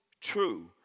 true